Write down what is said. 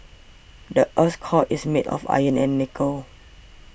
the earth's core is made of iron and nickel